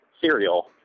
cereal